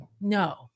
no